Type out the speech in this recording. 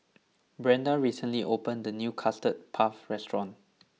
Brenda recently opened a new Custard Puff restaurant